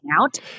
out